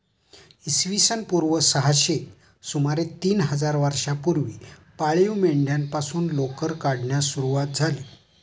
इसवी सन पूर्व सहाशे सुमारे तीन हजार वर्षांपूर्वी पाळीव मेंढ्यांपासून लोकर काढण्यास सुरवात झाली